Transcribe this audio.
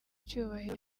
cyubahiro